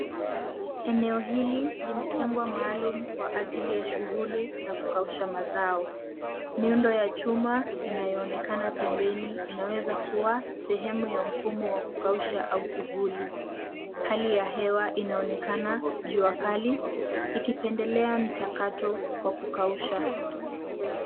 Eneo hili limetengwa maalumu kwa ajili ya shughuli za kukausha mazao. Miundo ya chuma inayoonekana pembeni inaweza kuwa sehemu ya mfumo wa kukausha au kivuli. Hali ya hewa inaonekana jua kali, ikipendelea mchakato wa kukausha.